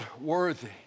worthy